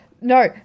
No